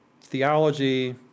theology